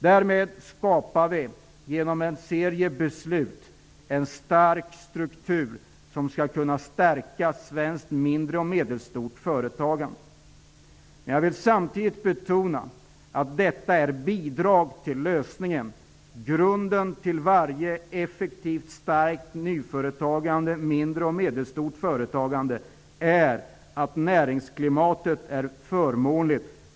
Därmed skapar vi genom en serie beslut en stark struktur som skall kunna stärka mindre och medelstora svenska företag. Jag vill samtidigt betona att detta är bidrag till lösningen. Grunden till varje effektivt starkt nyföretagande i mindre och medelstora företag är att näringsklimatet är förmånligt.